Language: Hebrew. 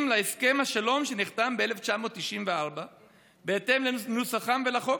להסכם השלום שנחתם ב-1994 בהתאם לנוסחם ולחוק,